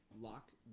locked